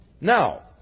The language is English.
Now